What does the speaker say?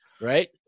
right